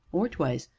or twice,